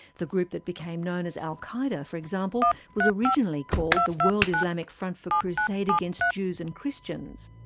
the group that became known as al qa'eda for example, was originally called the world islamic front for crusade against jews and christians.